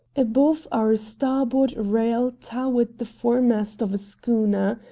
above our starboard rail towered the foremast of a schooner.